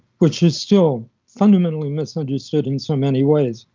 which is still fundamentally misunderstood in so many ways.